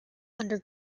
under